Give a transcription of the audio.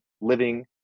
living